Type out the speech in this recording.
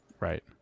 Right